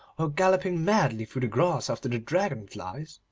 or galloping madly through the grass after dragon-flies.